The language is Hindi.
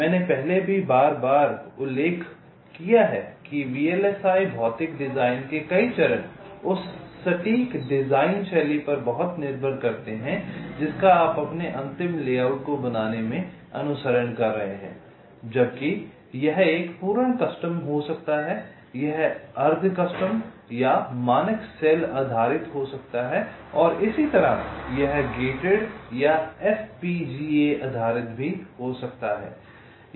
मैंने पहले भी बार बार उल्लेख किया है कि वीएलएसआई भौतिक डिजाइन के कई चरण उस सटीक डिजाइन शैली पर बहुत निर्भर करते हैं जिसका आप अपने अंतिम लेआउट को बनाने में अनुसरण कर रहे हैं जबकि यह एक पूर्ण कस्टम हो सकता है यह अर्ध कस्टम मानक सेल आधारित हो सकता है और इसी तरह यह गेटेड या FPGA आधारित हो सकता है